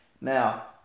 Now